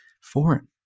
foreign